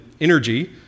energy